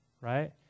right